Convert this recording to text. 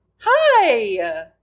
hi